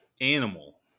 animal